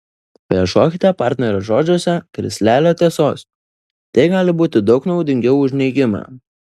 paieškokite partnerio žodžiuose krislelio tiesos tai gali būti daug naudingiau už neigimą